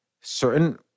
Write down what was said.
certain